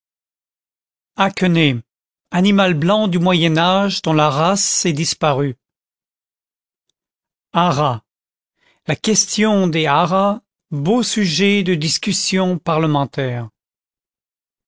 haquenée animal blanc du moyen âge dont la race est disparue haras la question des haras beau sujet de discussion parlementaire